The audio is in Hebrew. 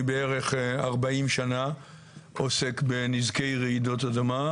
אני בערך 40 שנה עוסק בנזקי רעידות אדמה,